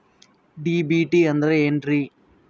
DBT ಅಂದ್ರ ಏನ್ರಿ?